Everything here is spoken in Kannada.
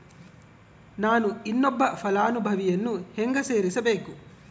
ನಾನು ಇನ್ನೊಬ್ಬ ಫಲಾನುಭವಿಯನ್ನು ಹೆಂಗ ಸೇರಿಸಬೇಕು?